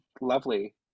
lovely